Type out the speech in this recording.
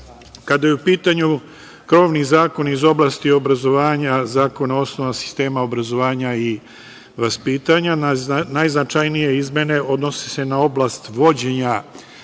je u pitanju krovni zakon iz oblasti obrazovanja Zakona o osnovama sistema obrazovanja i vaspitanja, najznačajnije izmene odnose se na oblast vođenja